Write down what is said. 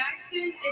Jackson